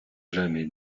jamais